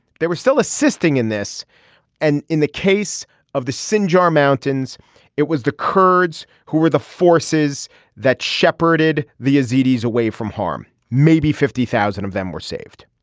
they were still assisting in this and in the case of the sinjar mountains it was the kurds who were the forces that shepherded the yazidis away from harm maybe fifty thousand of them were saved.